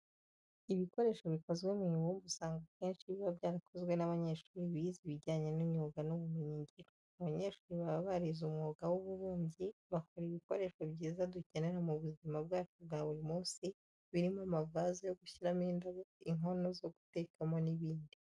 Ibikoresho bikozwe mu ibumba usanga akenshi biba byarakozwe n'abanyeshuri bize ibijyanye n'imyuga n'ubumenyingiro. Abanyeshuri baba barize umwuga w'ububumbyi bakora ibikoresho byiza dukenera mu buzima bwacu bwa buri munsi birimo nk'amavaze yo gushyiramo indabo, inkono zo gutekamo n'ibindi.